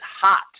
hot